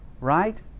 right